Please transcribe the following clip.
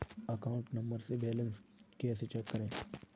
Account number से balance कैसे check करें?